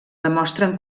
demostren